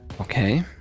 okay